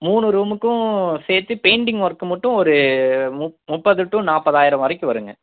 மூணு ரூமுக்கும் சேர்த்து பெயின்டிங் ஒர்க்கு மட்டும் ஒரு முப்பது டூ நாற்பதாயிரம் வரைக்கும் வரும்ங்க